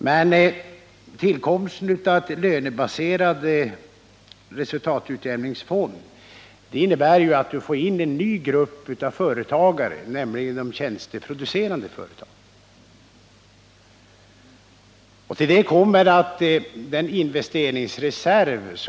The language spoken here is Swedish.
Men tillkomsten av en lönebaserad resultatutjämning innebär ju att det ges en förmån till en ny grupp av företagare, nämligen de tjänsteproducerande.